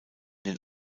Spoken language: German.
den